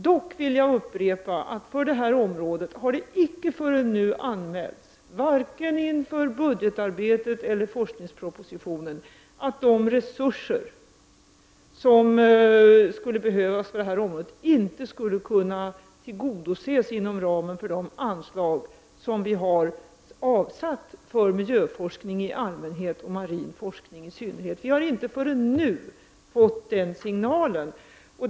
Jag vill dock upprepa att det för det här området icke förrän nu har anmälts — vare sig inför budgetarbetet eller inför forskningspropositionen — att behovet av resurser för projektet inte skulle kunna tillgodoses inom ramen för de medel som vi har anslagit för miljöforskning i allmänhet och marin forskning i synnerhet. Vi har inte förrän nu fått den signalen.